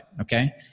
Okay